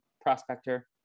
prospector